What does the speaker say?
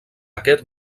aquest